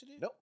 Nope